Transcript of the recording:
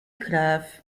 krew